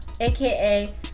aka